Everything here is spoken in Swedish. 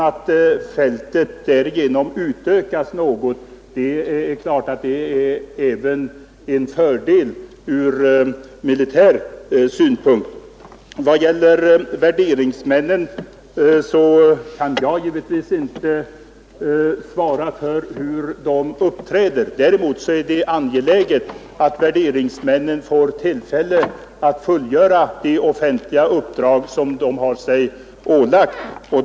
Att fältet därigenom utökas något är givetvis även en fördel ur militär synpunkt. I vad gäller värderingsmännen kan jag givetvis inte svara för hur de uppträder. Däremot är det angeläget att värderingsmännen får tillfälle att fullfölja det offentliga uppdrag som de har sig ålagt.